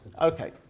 Okay